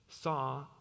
saw